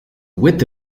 width